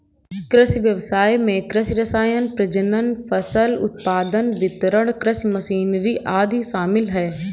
कृषि व्ययसाय में कृषि रसायन, प्रजनन, फसल उत्पादन, वितरण, कृषि मशीनरी आदि शामिल है